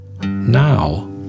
Now